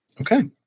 Okay